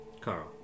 Carl